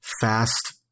fast